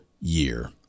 year